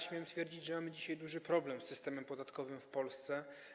Śmiem twierdzić, że mamy dzisiaj duży problem z systemem podatkowym w Polsce.